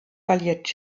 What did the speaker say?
verliert